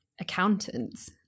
accountants